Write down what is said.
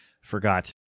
forgot